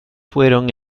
fueron